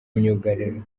myugariro